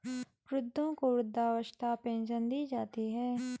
वृद्धों को वृद्धावस्था पेंशन दी जाती है